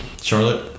Charlotte